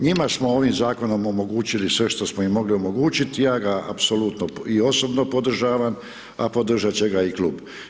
Njima smo ovim Zakonom omogućili sve što smo im mogli omogućiti, ja ga apsolutno i osobno podržavam, a podržat će ga i klub.